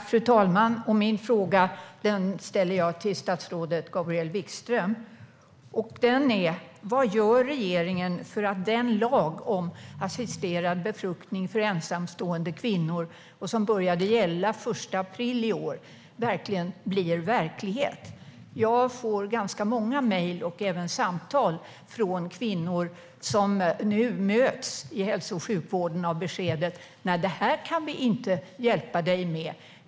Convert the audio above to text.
Fru talman! Jag ställer min fråga till statsrådet Gabriel Wikström. Vad gör regeringen för att den lag om assisterad befruktning för ensamstående kvinnor som började gälla den 1 april i år blir verklighet? Jag får ganska många mejl och även samtal från kvinnor som nu i hälso och sjukvården möts av beskedet: Det här kan vi inte hjälpa dig med.